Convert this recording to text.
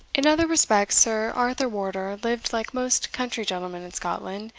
in other respects, sir arthur wardour lived like most country gentlemen in scotland,